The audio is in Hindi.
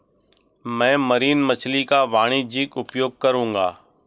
मैं मरीन मछली का वाणिज्यिक उपयोग करूंगा